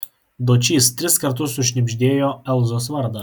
dočys tris kartus sušnibždėjo elzos vardą